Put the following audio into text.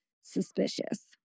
suspicious